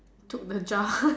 took the jar away